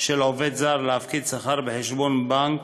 של עובד זר להפקיד שכר בחשבון בנק,